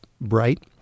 bright